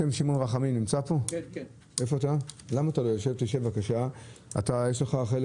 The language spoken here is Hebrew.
שמעון רחמים, יש לך חלק